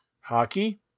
Hockey